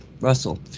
russell